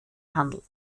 handelt